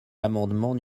l’amendement